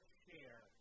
share